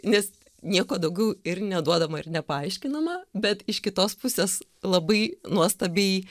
nes nieko daugiau ir neduodama ir nepaaiškinama bet iš kitos pusės labai nuostabiai